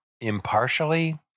impartially